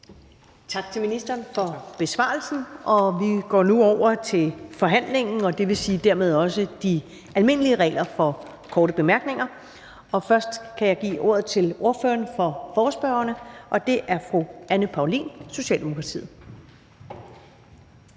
Tak til ministeren for besvarelsen. Vi går nu over til forhandlingen og dermed også de almindelige regler for korte bemærkninger. Først kan jeg give ordet til ordføreren for forespørgerne, og det er fru Anne Paulin, Socialdemokratiet.